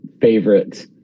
favorite